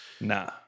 Nah